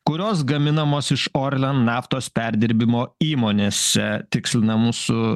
kurios gaminamos iš orlen naftos perdirbimo įmonėse tikslina mūsų